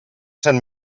sant